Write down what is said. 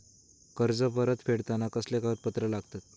कर्ज परत फेडताना कसले कागदपत्र लागतत?